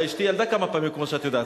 הרי אשתי ילדה כמה פעמים, כמו שאת יודעת.